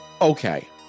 Okay